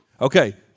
Okay